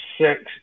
six